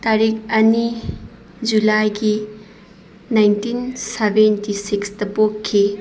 ꯇꯥꯔꯤꯛ ꯑꯅꯤ ꯖꯨꯂꯥꯏꯒꯤ ꯅꯥꯏꯟꯇꯤꯟ ꯁꯕꯦꯟꯇꯤ ꯁꯤꯛꯁꯇ ꯄꯣꯛꯈꯤ